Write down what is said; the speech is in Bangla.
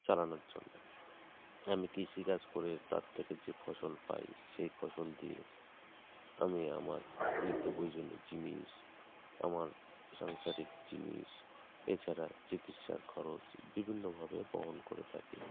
চালানোর জন্য আমি কৃষিকাজ করে তার থেকে যে ফসল পাই সেই ফসল দিয়ে আমি আমার নিত্য প্রয়োজনের জিনিস আমার সংসারিক জিনিস এছাড়া চিকিৎসার খরচ বিভিন্নভাবে বহন করে থাকি